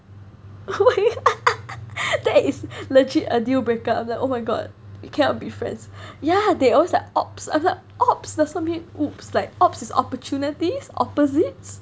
that is legit a deal breaker I'm oh my god we cannot be friends yeah they always like ops I'm like ops doesn't mean !oops! like ops is opportunities opposites